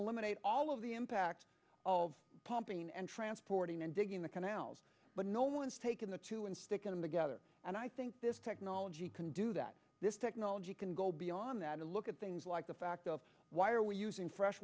eliminate all of the impact of pumping and transporting and digging the canals but no one's taking the two and sticking together and i think this technology can do that this technology can go beyond that and look at things like the fact of why are we using fresh